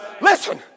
Listen